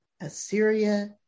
Assyria